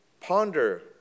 ponder